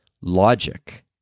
logic